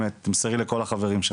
באמת, תמסרי לכל החברים שם.